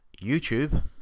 YouTube